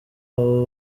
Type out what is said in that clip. abo